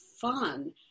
fun